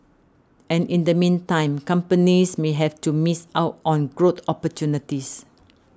and in the meantime companies may have to miss out on growth opportunities